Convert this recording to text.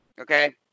Okay